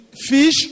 fish